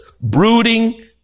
brooding